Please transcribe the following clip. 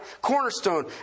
Cornerstone